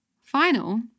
final